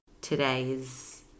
today's